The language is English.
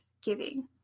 giving